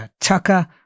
Tucker